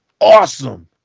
awesome